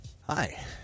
Hi